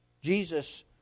Jesus